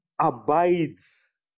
abides